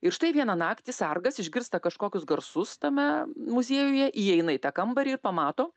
ir štai vieną naktį sargas išgirsta kažkokius garsus tame muziejuje įeina į tą kambarį ir pamato